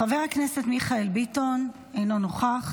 חבר הכנסת מיכאל ביטון, אינו נוכח,